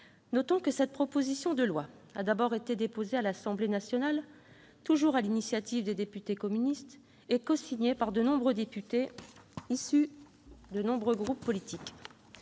Notons que cette proposition de loi a d'abord été déposée à l'Assemblée nationale, toujours sur l'initiative des parlementaires communistes, et cosignée par de nombreux députés, issus de plusieurs groupes politiques.